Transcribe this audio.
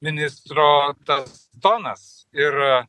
ministro tas tonas ir